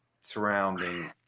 surrounding